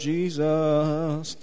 Jesus